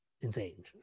insane